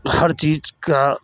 हर चीज़ का